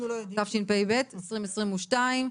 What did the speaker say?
התשפ"ב 2022,